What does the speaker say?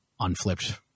unflipped